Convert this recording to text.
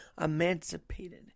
emancipated